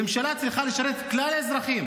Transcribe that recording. ממשלה צריכה לשרת את כלל האזרחים,